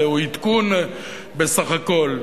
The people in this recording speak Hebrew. זהו עדכון בסך הכול.